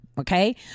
Okay